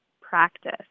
practice